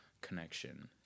connection